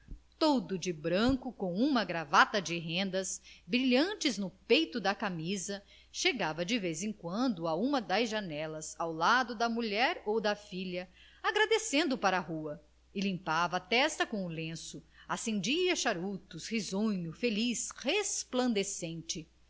todo de branco com uma gravata de rendas brilhantes no peito da camisa chegava de vez em quando a uma das janelas ao lado da mulher ou da filha agradecendo para a rua e limpava a testa com o lenço acendia charutos risonho feliz resplandecente